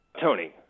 Tony